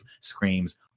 screams